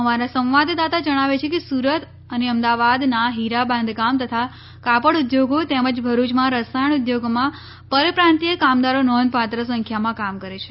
અમારા સંવાદદાતા જણાવે છે કે સુરત અને અમદાવાદના હીરા બાંધકામ તથા કાપડ ઉદ્યોગો તેમજ ભરૂચમાં રસાયણ ઉદ્યોગોમાં પરપ્રાંતિય કામદારો નોંધપાત્ર સંખ્યામાં કામ કરે છે